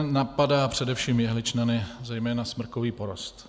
Napadá především jehličnany, zejména smrkový porost.